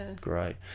Great